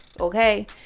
Okay